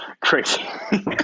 crazy